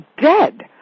dead